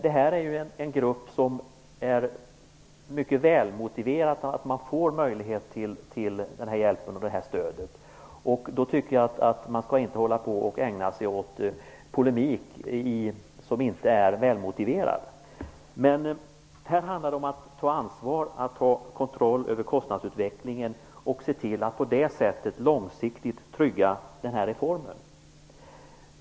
Det här är ju en grupp där det är mycket välmotiverat att man får möjlighet till den här hjälpen och till det här stödet. Då tycker jag inte att man skall hålla på och ägna sig åt polemik som inte är välmotiverad. Här handlar det om att ta ansvar, om att ha kontroll över kostnadsutvecklingen, och om att på det sättet se till att långsiktigt trygga reformen.